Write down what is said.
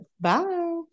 bye